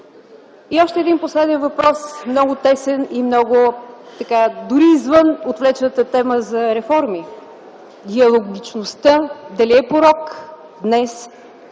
И още един последен въпрос, много тесен и дори извън отвлечената тема за реформи. Диалогичността дали е порок днес?